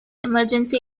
emergency